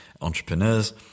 entrepreneurs